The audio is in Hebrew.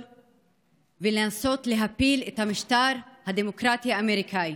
ולנסות להפיל את המשטר הדמוקרטי האמריקני.